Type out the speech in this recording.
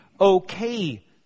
okay